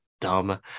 dumb